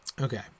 Okay